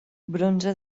bronze